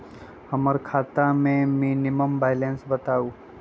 हमरा खाता में मिनिमम बैलेंस बताहु?